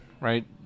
right